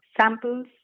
samples